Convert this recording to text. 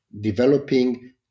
developing